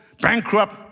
bankrupt